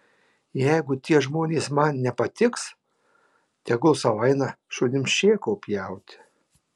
jeigu tie žmonės man nepatiks tegul sau eina šunims šėko pjauti